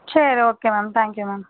சரி okay ma'am thank you ma'am